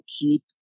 keep